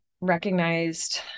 recognized